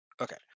Okay